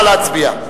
נא להצביע.